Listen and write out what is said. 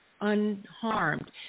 unharmed